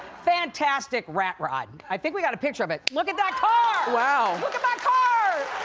fantastic rat ride. i think we got a picture of it, look at that car. wow. look at that car.